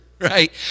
right